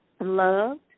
loved